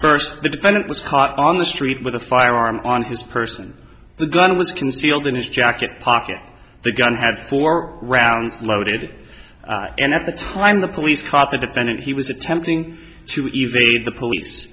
the defendant was caught on the street with a firearm on his person the gun was concealed in his jacket pocket the gun had four rounds loaded and at the time the police caught the defendant he was attempting to evade the police